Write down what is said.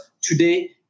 today